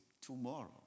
tomorrow